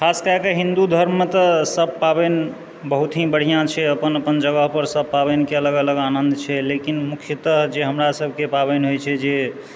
खास कएके हिन्दु धर्ममे तऽ सभ पाबनि बहुत ही बढ़िआँ छै अपन अपन जगह पर सभ पाबनिके अलग अलग आनन्द छै लेकिन मुख्यतः जे हमरा सभकेँ पाबनि होइत छै जे